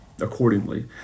accordingly